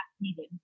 needed